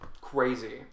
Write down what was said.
Crazy